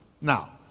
Now